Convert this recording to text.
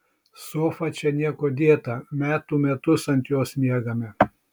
sofa čia niekuo dėta metų metus ant jos miegame